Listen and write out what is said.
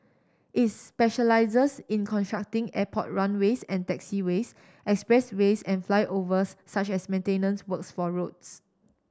is specialises in constructing airport runways and taxiways expressways and flyovers such as maintenance works for roads